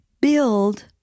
build